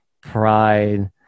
pride